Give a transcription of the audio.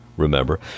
remember